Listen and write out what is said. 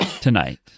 tonight